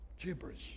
Gibberish